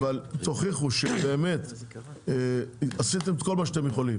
תוכיחו שבאמת עשיתם את כל מה שאתם יכולים